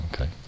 okay